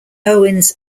owens